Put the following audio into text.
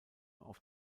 auf